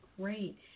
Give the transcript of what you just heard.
great